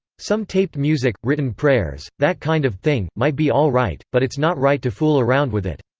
some taped music, written prayers, that kind of thing, might be all right, but it's not right to fool around with it.